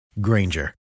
Granger